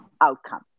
outcome